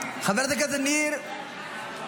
חברת הכנסת ניר,